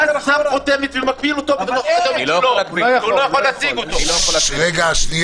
רגע, שנייה.